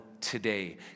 today